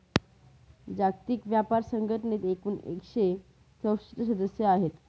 जागतिक व्यापार संघटनेत एकूण एकशे चौसष्ट सदस्य आहेत